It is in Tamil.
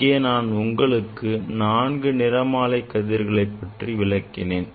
இங்கே நான் உங்களுக்கு நான்கு நிறமாலை கதிர்களை பற்றி விளக்கினேன்